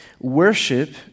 worship